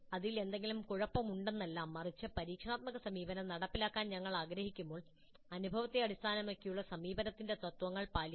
അതിൽ എന്തെങ്കിലും കുഴപ്പമുണ്ടെന്നല്ല മറിച്ച് പരീക്ഷണാത്മക സമീപനം നടപ്പിലാക്കാൻ ഞങ്ങൾ ആഗ്രഹിക്കുമ്പോൾ അനുഭവത്തെ അടിസ്ഥാനമാക്കിയുള്ള സമീപനത്തിന്റെ തത്ത്വങ്ങൾ പാലിക്കണം